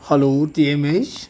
hello T M H